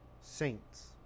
saints